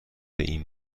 این